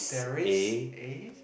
there is a